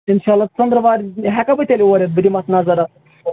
اِنشااللہ ژٔنٛدٕروارِ ہٮ۪کھا بہٕ تیٚلہِ اور یَتھ بہٕ دِمہٕ اَتھ نظر اَتھ